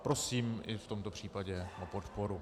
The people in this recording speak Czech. Prosím i v tomto případě o podporu.